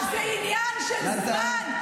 זה עניין של זמן,